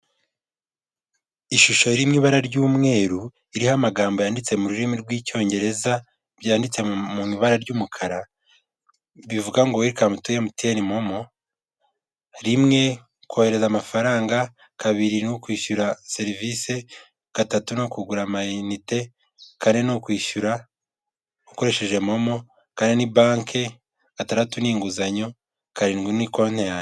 Ishusho iririmo ibara ry'umweru iriho amagambo yanditse mu rurimi rw'icyongereza, byanditse mu ibara ry'umukara, bivuga ngo werikamu tu emutiyeni momo, rimwe kohereza amafaranga, kabiri no kwishyura serivisi, gatatu ni kugura amanite, kane nikwishyura ukoresheje momo, kane ni banke, gatandatu n'inguzanyo, karindwi ni konti yanjye.